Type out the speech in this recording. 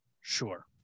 sure